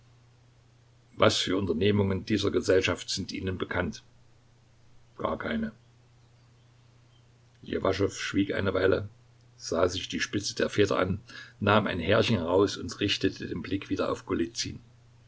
was für unternehmungen dieser gesellschaft sind ihnen bekannt gar keine ljewaschow schwieg eine weile sah sich die spitze der feder an nahm ein härchen heraus und richtete den blick wieder auf